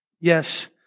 Yes